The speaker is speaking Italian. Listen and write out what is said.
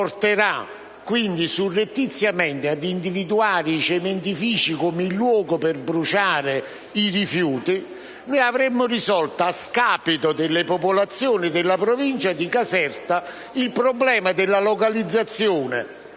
portasse surrettiziamente ad individuare i cementifici come il luogo per bruciare i rifiuti, avremmo risolto a scapito delle popolazioni della provincia di Caserta il problema della localizzazione